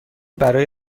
برای